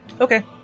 okay